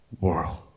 world